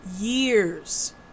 years